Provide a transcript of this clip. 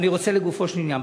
לגופו של עניין,